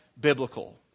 biblical